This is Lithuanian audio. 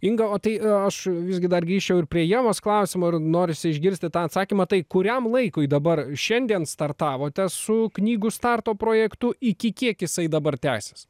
inga o tai aš visgi dar grįsčiau ir prie ievos klausimo ir norisi išgirsti tą atsakymą tai kuriam laikui dabar šiandien startavote su knygų starto projektu iki kiek jisai dabar tęsis